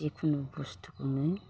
जेखुनु बुस्थुखौनो